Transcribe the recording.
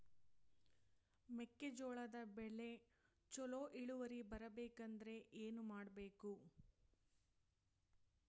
ಮೆಕ್ಕೆಜೋಳದ ಬೆಳೆ ಚೊಲೊ ಇಳುವರಿ ಬರಬೇಕಂದ್ರೆ ಏನು ಮಾಡಬೇಕು?